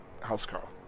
Housecarl